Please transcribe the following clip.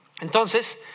Entonces